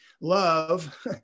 love